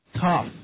tough